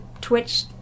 Twitch